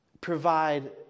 provide